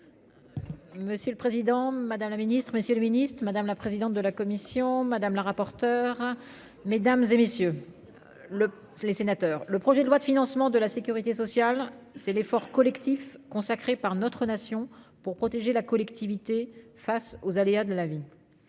Monsieur le Président, Madame la Ministre, Monsieur le Ministre, madame la présidente de la commission madame la rapporteure, mesdames et messieurs, le les sénateurs, le projet de loi de financement de la Sécurité sociale, c'est l'effort collectif consacré par notre nation pour protéger la collectivité face aux aléas de la vie,